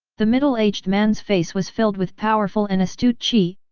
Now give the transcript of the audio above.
the middle aged man's face was filled with powerful and astute qi,